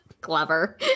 clever